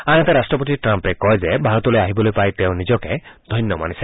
আনহাতে ৰাট্টপতি ট্ৰাম্পে কয় যে ভাৰতলৈ আহিবলৈ পাই তেওঁ নিজকে ধন্য মানিছে